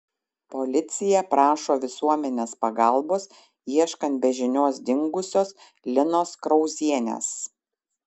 policija prašo visuomenės pagalbos ieškant be žinios dingusios linos krauzienės